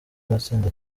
amatsinda